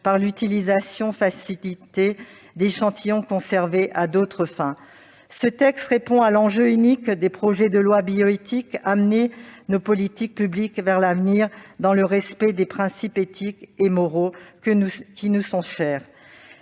par l'utilisation facilitée d'échantillons conservés à d'autres fins. Le texte répond à l'enjeu unique des lois de bioéthique : amener nos politiques publiques vers l'avenir dans le respect des principes éthiques et moraux qui nous sont chers.